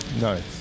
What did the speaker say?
no